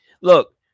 look